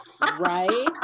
right